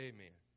Amen